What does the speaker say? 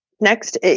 Next